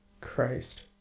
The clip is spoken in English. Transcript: Christ